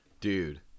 dude